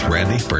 Randy